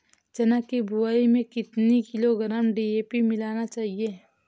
चना की बुवाई में कितनी किलोग्राम डी.ए.पी मिलाना चाहिए?